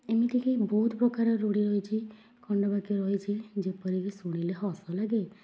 ଏମିତି କି ବହୁତ ପ୍ରକାରର ରୂଢ଼ି ରହିଛି ଖଣ୍ଡ ବାକ୍ୟ ରହିଛି ଯେପରିକି ଶୁଣିଲେ ହସ ଲାଗେ